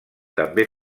també